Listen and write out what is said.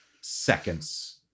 seconds